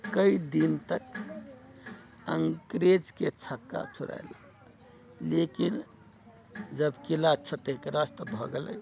कइ दिन तक अंग्रेजके छक्का छोड़ाएल लेकिन जब किला क्षतिग्रस्त भए गेलै